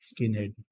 Skinhead